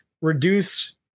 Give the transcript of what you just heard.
reduce